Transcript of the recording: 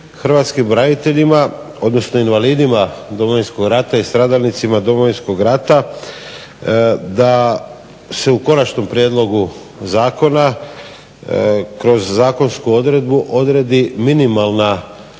hrvatskim braniteljima, odnosno invalidima Domovinskog rata i stradalnicima Domovinskog rata da se u konačnom prijedlogu zakona kroz zakonsku odredbu odredi minimalna